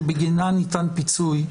שבגינן ניתן פיצוי,